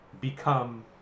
become